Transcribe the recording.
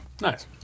Nice